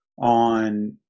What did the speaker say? on